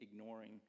ignoring